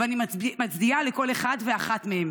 ואני מצדיעה לכל אחת ואחד מהם.